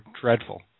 dreadful